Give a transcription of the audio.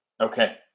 Okay